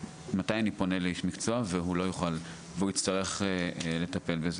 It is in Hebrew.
פונה לאיש מקצוע והוא יצטרך לטפל בזה.